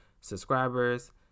subscribers